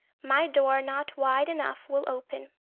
my door not wide enough will open.